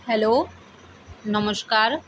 hello নমস্কার